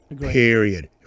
Period